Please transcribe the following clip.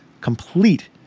complete